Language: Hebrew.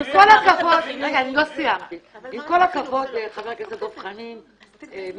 עם כל הכבוד, חבר הכנסת דב חנין, מבחינתי